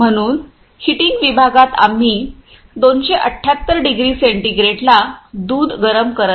म्हणून हीटिंग विभागात आम्ही 278 डिग्री सेंटीग्रेडला दुध गरम करत आहोत